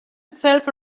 itself